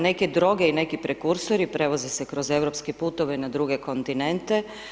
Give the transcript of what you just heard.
Neke droge i neke prekursori prevoze se kroz europske puteve na druge kontinente.